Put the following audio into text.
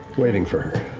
waiting for